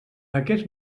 aquest